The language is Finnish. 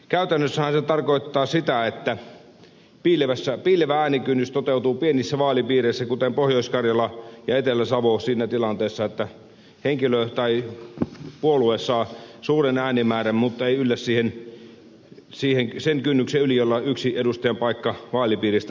käytännössähän se tarkoittaa sitä että piilevä äänikynnys toteutuu pienissä vaalipiireissä kuten pohjois karjalassa ja etelä savossa siinä tilanteessa että puolue saa suuren äänimäärän mutta ei yllä sen kynnyksen yli jolla yksi edustajanpaikka vaalipiiristä lohkeaisi